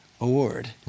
award